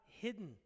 hidden